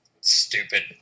Stupid